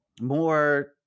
more